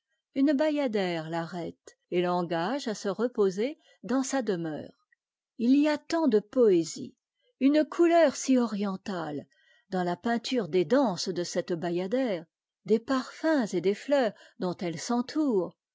une bayadère t'arrête et l'engage à se reposer dans sa demeure il y a tant de poésie une couleur si orientale dans la peinture des danses de cette bayadère des parfums et des fleurs dont elle s'entoure